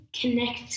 connect